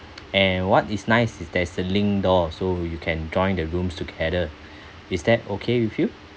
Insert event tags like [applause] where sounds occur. and what is nice is there is a link door so you can join the rooms together [breath] is that okay with you